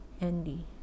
Andy